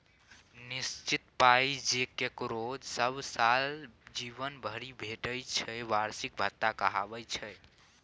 निश्चित पाइ जे ककरो सब साल जीबन भरि भेटय छै बार्षिक भत्ता कहाबै छै